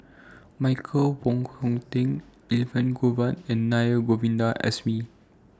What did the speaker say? Michael Wong Hong Teng Elangovan and Naa Govindasamy